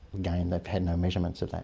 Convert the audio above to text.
again, they've had no measurements of that,